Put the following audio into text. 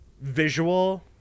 visual